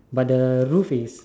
but the roof is